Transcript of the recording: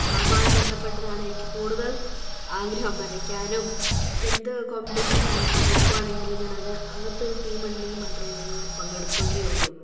അതുമായി ബന്ധപ്പെട്ടതാണ് എനിക്ക് കൂടുതൽ ആഗ്രഹം വരയ്ക്കാനും എന്ത് കോമ്പറ്റീഷൻ പങ്കെടുക്കുകയാണെങ്കിലും ഞാൻ അത് അങ്ങനത്തെ ഒരു തീം ഉണ്ടങ്കിൽ മാത്രമേ ഞാൻ അങ്ങോട്ട് പങ്കെടുക്കുകയുള്ളൂ